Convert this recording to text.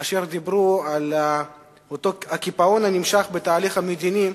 אשר דיברו על הקיפאון הנמשך בתהליך המדיני,